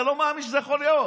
אתה לא מאמין שזה יכול להיות.